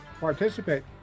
participate